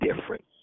different